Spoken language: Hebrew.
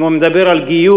אם הוא מדבר על גיור,